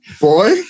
Boy